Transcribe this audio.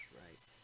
right